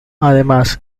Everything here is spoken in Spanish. además